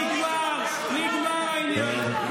נגמר, נגמר העניין.